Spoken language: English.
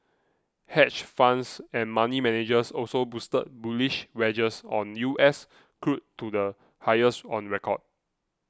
hedge funds and money managers also boosted bullish wagers on U S crude to the highest on record